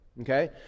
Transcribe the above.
okay